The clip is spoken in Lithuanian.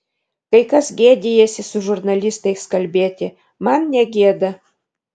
kai kas gėdijasi su žurnalistais kalbėti man negėda